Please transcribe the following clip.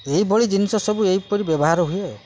ଏଇଭଳି ଜିନିଷ ସବୁ ଏହିପରି ବ୍ୟବହାର ହୁଏ ଆଉ